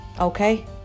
Okay